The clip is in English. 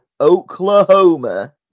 Oklahoma